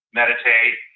meditate